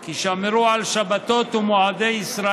כי הם שמרו על שבת ומועדי ישראל.